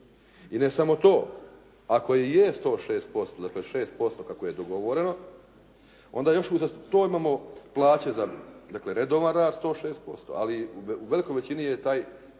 I ne samo to. Ako i je 106%, dakle 6% kako je dogovoreno, onda još uz to imamo plaće za redovan rad 106%, ali u velikoj većini je taj